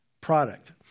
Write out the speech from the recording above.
product